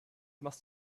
must